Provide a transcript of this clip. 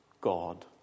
God